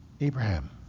Abraham